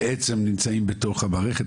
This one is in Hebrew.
בעצם נמצאים בתוך המערכת,